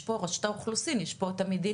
יש פה רשות האוכלוסין, יש פה את המדינה.